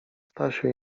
stasiu